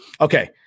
Okay